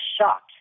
shocked